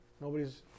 Nobody's